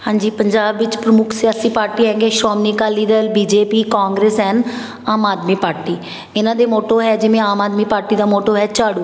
ਹਾਂਜੀ ਪੰਜਾਬ ਵਿੱਚ ਪ੍ਰਮੁੱਖ ਸਿਆਸੀ ਪਾਰਟੀ ਹੈਗੀ ਹੈ Shiromani Akali Dal B J P Congress and Aam Aadmi party ਇਹਨਾਂ ਦੇ ਮੋਟੋ ਹੈ ਜਿਵੇਂ ਆਮ ਆਦਮੀ ਪਾਰਟੀ ਦਾ ਮੋਟੋ ਹੈ ਝਾੜੂ